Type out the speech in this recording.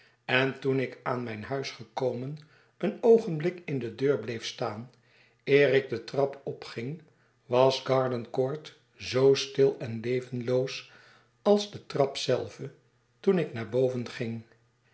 en toen ik aan mijn huis gekomen een oogenblik in de deur bleef staan eer ik de trap opging was garden court zoo stil en levenloos als de trap zelve toen ik naar boven ging